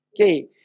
Okay